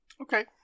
Okay